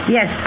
Yes